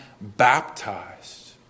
baptized